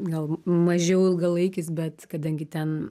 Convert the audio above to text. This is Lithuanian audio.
gal mažiau ilgalaikis bet kadangi ten